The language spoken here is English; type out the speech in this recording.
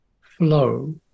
flow